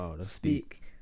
speak